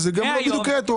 וזה גם לא בדיוק רטרואקטיביות.